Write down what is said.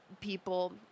people